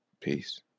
peace